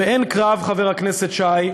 ואין קרב, חבר הכנסת שי,